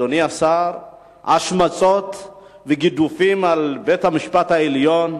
אדוני השר, השמצות וגידופים על בית-המשפט העליון,